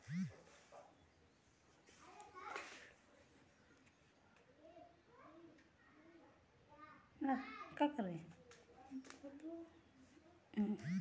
loan क EMI खाता से डायरेक्ट डेबिट हो जाला